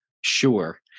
Sure